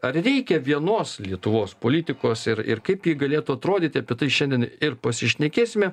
ar reikia vienos lietuvos politikos ir ir kaip ji galėtų atrodyti apie tai šiandien ir pasišnekėsime